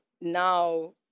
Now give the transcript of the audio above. now